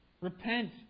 Repent